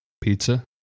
Pizza